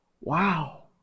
wow